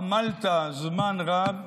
עמלת זמן רב,